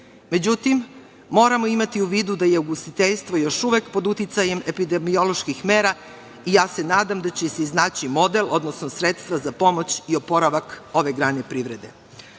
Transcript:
Međutim, moramo imati u vidu da je ugostiteljstvo još uvek pod uticajem epidemioloških mera i ja se nadam da će se iznaći model, odnosno sredstva za pomoć i oporavak ove grane privrede. Ono